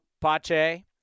pache